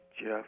Jeff